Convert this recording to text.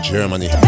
Germany